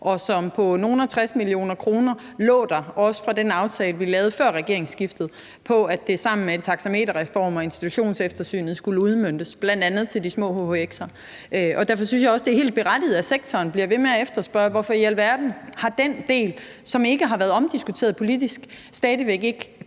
beløb på nogle og tres millioner kroner lå der også fra den aftale, vi lavede før regeringsskiftet, om, at det sammen med en taxameterreform og institutionseftersynet skulle udmøntes bl.a. til de små hhx'er. Og derfor synes jeg også, det er helt berettiget, at sektoren bliver ved med at spørge om, hvorfor i alverden den del, som ikke har været omdiskuteret politisk, stadig væk ikke har